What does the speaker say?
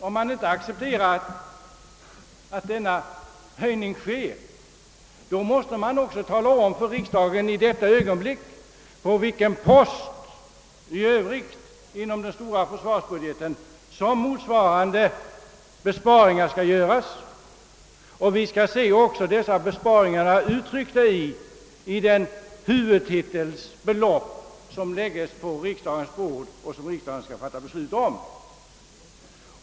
Om man inte accepterar Kungl. Maj:ts förslag utan vill höja anslagen ytterligare måste man också tala om för riksdagen på vilka poster i övrigt inom den stora försvarsbudgeten som motsvarande besparingar skall göras, och vi måste också få se dessa besparingar uttryckta i siffror i den huvudtitel som läggs på riksdagens bord och som riksdagen skall fatta beslut om.